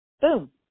Boom